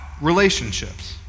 relationships